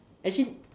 actually